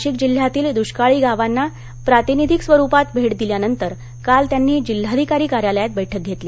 नाशिक जिल्ह्यातील दुष्काळी गावांना प्रातिनिधिक स्वरूपात भेट दिल्यानंतर काल त्यांनी जिल्हाधिकारी कार्यालयात बैठक घेतली